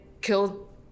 killed